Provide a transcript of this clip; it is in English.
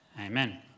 Amen